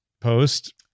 post